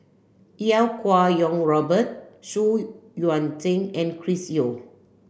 Iau Kuo Kwong Robert Xu Yuan Zhen and Chris Yeo